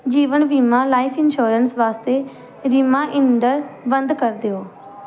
ਜੀਵਨ ਬੀਮਾ life insurance ਵਾਸਤੇ reminder ਬੰਦ ਕਰ ਦਿਓ